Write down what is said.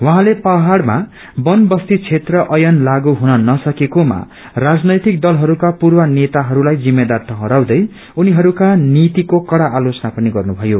उहाँले पहाड़मा बन बस्ती क्षेत्र ऐन लागू हुन नसकेकोमा राजनैतिक दलहरूका पूर्व नेताहरूलाई जिम्मेदार ठहरयाउँदै उनीहरूका नीतिको कहा आलोचना पनि गर्नुभयो